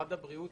משרד הבריאות